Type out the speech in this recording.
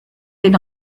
den